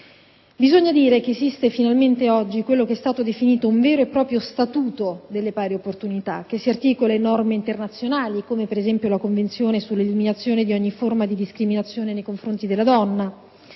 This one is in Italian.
Bisogna dire che esiste finalmente oggi quello che è stato definito un vero e proprio statuto delle pari opportunità, che si articola in norme internazionali (come per esempio la Convenzione sull'eliminazione di ogni forma di discriminazione nei confronti della donna),